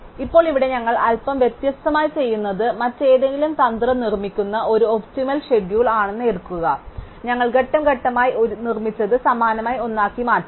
ഇപ്പോൾ ഇവിടെ ഞങ്ങൾ അൽപ്പം വ്യത്യസ്തമായി ചെയ്യുന്നത് മറ്റേതെങ്കിലും തന്ത്രം നിർമ്മിക്കുന്ന ഒരു ഒപ്റ്റിമൽ ഷെഡ്യൂൾ ഞങ്ങൾ എടുക്കും ഞങ്ങൾ ഘട്ടം ഘട്ടമായി ഞങ്ങൾ നിർമ്മിച്ചതിന് സമാനമായ ഒന്നാക്കി മാറ്റും